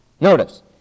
notice